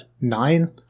nine